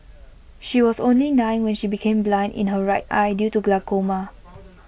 she was only nine when she became blind in her right eye due to glaucoma